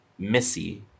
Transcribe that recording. Missy